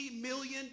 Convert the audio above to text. million